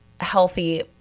healthy